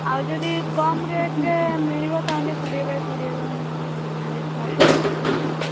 ଆଉ ଯଦି କମ୍ ରେଟ୍ରେ ମିଳିବ ତା'ହେଲେ କୋଡ଼ିଏ ବାଇ କୋଡ଼ିଏର ମୁଁ ନେବାକୁ ଚାହୁଁଛି